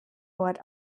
wort